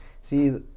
see